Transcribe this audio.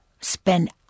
spend